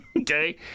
Okay